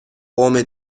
قوم